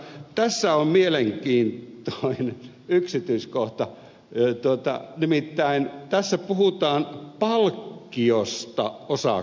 tässä on mielenkiintoinen yksityiskohta nimittäin tässä puhutaan palkkiosta osakaskunnille